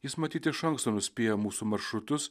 jis matyt iš anksto nuspėja mūsų maršrutus